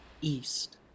east